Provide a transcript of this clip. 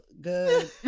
good